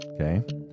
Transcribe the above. okay